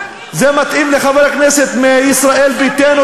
זה מתאים לחבר כנסת מישראל ביתנו,